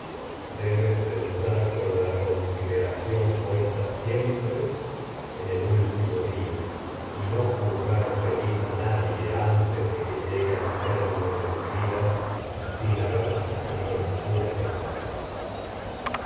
debes el con consideración pues siempre de último día y juzgar feliz su a nadie haber antes que llegue al término de vida sin sufrido ninguna desgracia